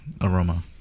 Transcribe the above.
aroma